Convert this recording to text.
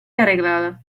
arreglada